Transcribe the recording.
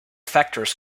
factors